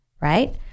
right